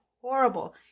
horrible